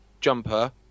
jumper